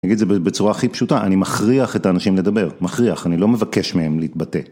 אני אגיד את זה בצורה הכי פשוטה, אני מכריח את האנשים לדבר, מכריח, אני לא מבקש מהם להתבטא.